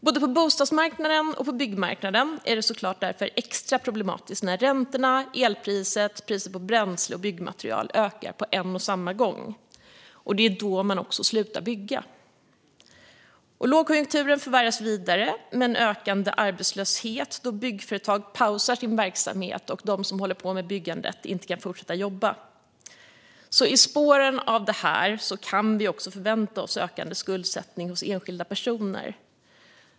Både på bostadsmarknaden och på byggmarknaden är det därför såklart extra problematiskt när räntorna, elpriset och priset på bränsle och byggmaterial ökar på en och samma gång. Det är också då man slutar att bygga. Lågkonjunkturen förvärras ytterligare med en ökande arbetslöshet när byggföretag pausar sin verksamhet och de som håller på med byggandet inte kan fortsätta jobba. I spåren av detta kan vi alltså också förvänta oss ökande skuldsättning bland enskilda personer.